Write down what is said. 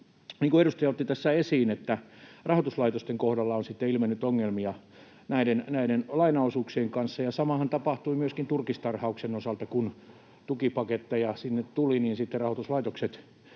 kuin edustaja otti tässä esiin, että rahoituslaitosten kohdalla on ilmennyt ongelmia näiden lainaosuuksien kanssa. Samaahan tapahtui myöskin turkistarhauksen osalta: kun tukipaketteja sinne tuli, niin sitten rahoituslaitokset